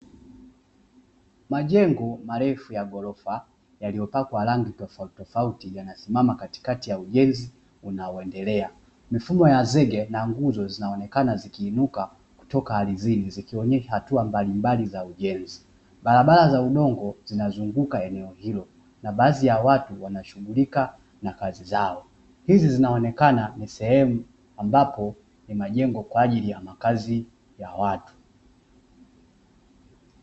Majengo marefu ya ghorofa yaliyopakwa rangi tofauti tofauti yanasimama katikati ya ujenzi unaoendelea, mifumo ya zege na nguzo zinaonekana zikiinuka kutoka ardhini zikionyesha hatua mbalimbali za ujenzi, barabara za udongo zinazozunguka eneo hilo na baadhi ya watu wanashughulika na kazi zao hizi zinaonekana ni sehemu ambapo ni majengo kwa ajili ya makazi ya watu.